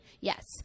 yes